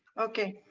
okay.